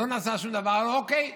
אוקיי,